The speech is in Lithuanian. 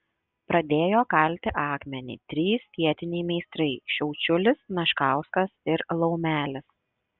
pradėjo kalti akmenį trys vietiniai meistrai šiaučiulis meškauskas ir laumelis